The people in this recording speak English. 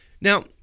Now